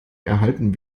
erhalten